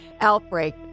outbreak